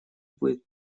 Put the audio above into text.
будет